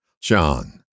John